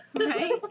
Right